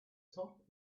top